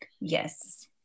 Yes